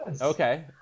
okay